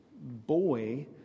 boy